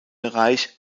reich